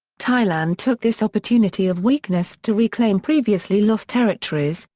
thailand took this opportunity of weakness to reclaim previously lost territories,